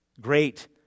Great